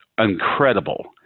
incredible